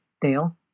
Dale